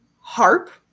harp